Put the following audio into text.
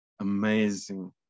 amazing